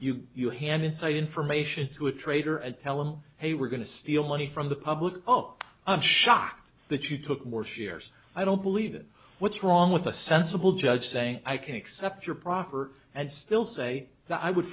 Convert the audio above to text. used you hand inside information to a trader and tell him hey we're going to steal money from the public oh i'm shocked that you took more shares i don't believe it what's wrong with a sensible judge saying i can accept your proffer and still say that i would